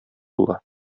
була